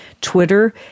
Twitter